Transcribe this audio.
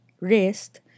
wrist